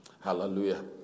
Hallelujah